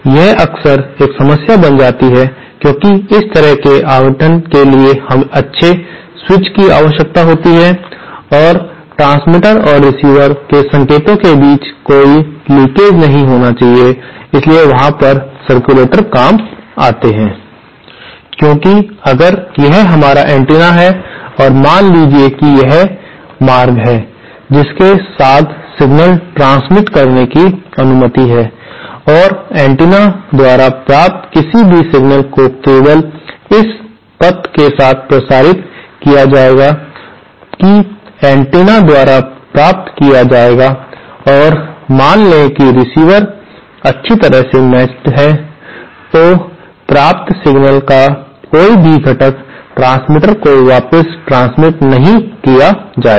यह अक्सर एक समस्या बन जाती है क्योंकि इस तरह के आवंटन के लिए अच्छे स्विच की आवश्यकता होती है और ट्रांसमीटर और रिसीवर के संकेतों के बीच कोई लीकेज भी नहीं होना चाहिए इसलिए वहां पर सर्कुलेटर्स काम आता है क्योंकि अगर यह हमारा एंटीना है और मान लीजिए कि यह मार्ग है जिसके साथ सिग्नल ट्रांसमीट करने की अनुमति है और एंटीना द्वारा प्राप्त किसी भी सिग्नल को केवल इस पथ के साथ प्रसारित किया जाएगा कि एंटीना द्वारा प्राप्त किया जाएगा और मान लें कि रिसीवर अच्छी तरह से मेचड़ है तो प्राप्त सिग्नल का कोई भी घटक ट्रांसमीटर को वापस ट्रांसमीट नहीं किया जाएगा